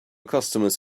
customers